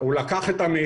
הוא לקח הצידה את אמיר.